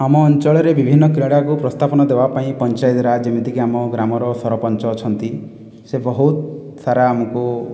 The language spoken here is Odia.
ଆମ ଅଞ୍ଚଳରେ ବିଭିନ୍ନ କ୍ରୀଡ଼ାକୁ ପ୍ରସ୍ତାପନ ଦେବା ପାଇଁ ପଞ୍ଚାୟତିରାଜ ଯେମିତିକି ଆମ ଗ୍ରାମର ସରପଞ୍ଚ ଅଛନ୍ତି ସେ ବହୁତ ସାରା ଆମକୁ